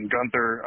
Gunther